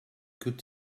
good